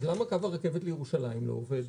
אז למה קו הרכבת לירושלים לא עובד?